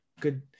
good